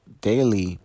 daily